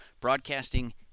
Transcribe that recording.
Broadcasting